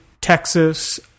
Texas